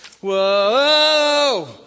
whoa